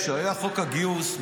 כשהיה חוק הגיוס,